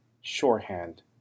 shorthand